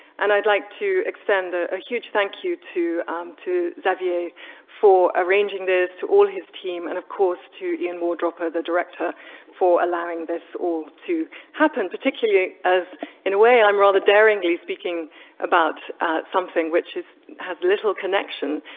and i'd like to extend ah a huge thank you to um to xavier for arranging this, to all his team, and of course to ian wardropper, the director for allowing all this to happen, particularly as in a way i'm rather daringly speaking about something which has has little connection,